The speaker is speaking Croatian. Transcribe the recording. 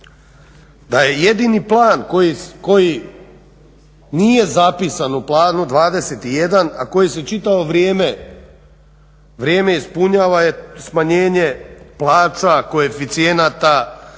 Da je jedini plan koji nije zapisan u Planu 21 a koji se čitavo vrijeme ispunjava je smanjenje plaća, koeficijenata,